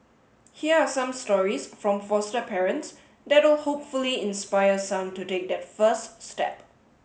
here are some stories from foster parents that will hopefully inspire some to take that first step